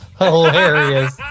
hilarious